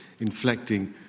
inflecting